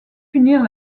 punir